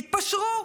יתפשרו.